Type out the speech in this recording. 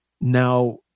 now